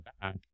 back